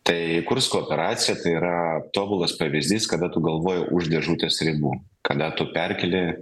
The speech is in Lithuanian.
tai kursko operacija tai yra tobulas pavyzdys kada tu galvoji už dėžutės ribų kada tu perkeli